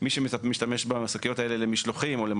יש מקום להבחין בינו לעסקים אחרים.